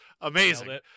amazing